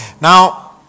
Now